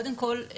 קודם כל,